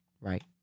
right